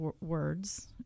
words